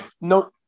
No